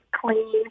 clean